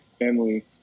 family